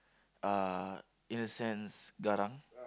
are in a sense garang